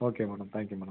okay madam thank you madam